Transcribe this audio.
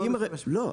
לא,